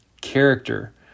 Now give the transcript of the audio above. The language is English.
character